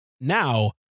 Now